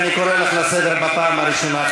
אני קורא אותך לסדר פעם ראשונה.